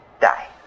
die